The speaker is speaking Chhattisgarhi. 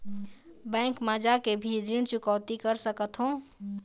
बैंक मा जाके भी ऋण चुकौती कर सकथों?